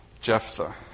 Jephthah